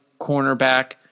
cornerback